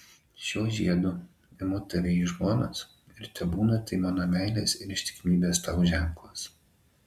šiuo žiedu imu tave į žmonas ir tebūna tai mano meilės ir ištikimybės tau ženklas